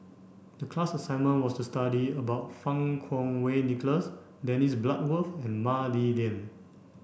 the class assignment was to study about Fang Kuo Wei Nicholas Dennis Bloodworth and Mah Li Lian